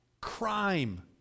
crime